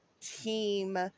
team